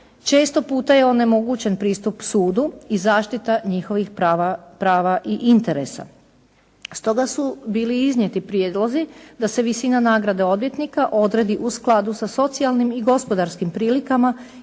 često puta je onemogućen pristup sudu i zaštita njihovih prava, prava i interesa. Stoga su bili iznijeti prijedlozi da se visina nagrade odvjetnika odredi u skladu sa socijalnim i gospodarskim prilikama